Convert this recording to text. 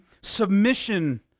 submission